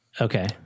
Okay